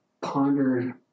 pondered